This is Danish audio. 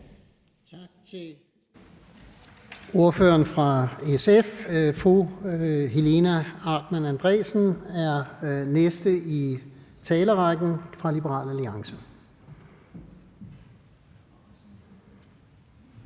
Tak til ordføreren for SF. Fru Helena Hartmann Andresen er næste i rækken som ordfører for Liberal Alliance.